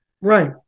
Right